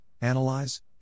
analyze